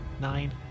Nine